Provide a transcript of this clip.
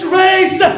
race